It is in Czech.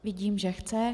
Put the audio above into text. Vidím, že chce.